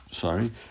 sorry